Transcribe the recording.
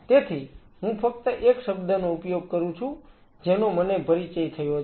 તેથી હું ફક્ત એક શબ્દનો ઉપયોગ કરું છું જેનો મને પરિચય થયો છે